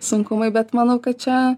sunkumai bet manau kad čia